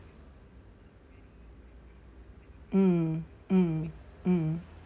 mm mm mm